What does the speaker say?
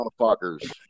motherfuckers